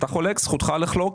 זכותך לחלוק,